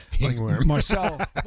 Marcel